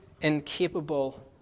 incapable